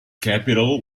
capital